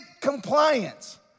compliance